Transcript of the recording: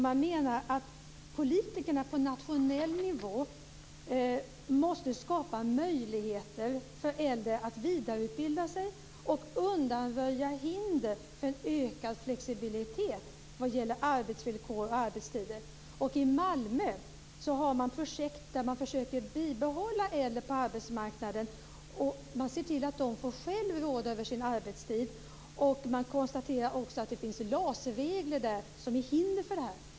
Man menar att politikerna på nationell nivå måste skapa möjligheter för äldre att vidareutbilda sig och undanröja hinder för en ökad flexibilitet vad gäller arbetsvillkor och arbetstider. I Malmö har man projekt där man försöker behålla äldre på arbetsmarknaden. Man ser till att de själva får råda över sin arbetstid, och man konstaterar också att det finns LAS-regler som hindrar det här.